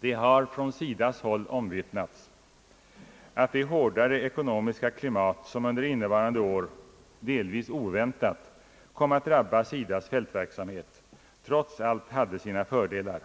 Det har från SIDA:s håll omvittnats att det hårdare ekonomiska klimat som under innevarande år, delvis oväntat, kom att drabba SIDA:s fältverksamhet trots allt hade sina fördelar.